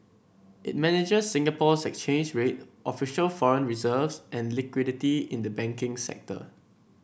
it manages Singapore's exchange rate official foreign reserves and liquidity in the banking sector